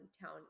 town